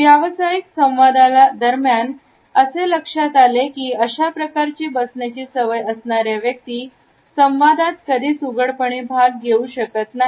व्यवसायिक संवादाला दरम्यान असे लक्षात आले की अशाप्रकारची बसण्याची सवय असणाऱ्या व्यक्ती संवादात कधीच उघडपणे भाग घेऊ शकत नाही